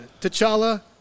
T'Challa